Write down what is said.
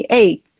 eight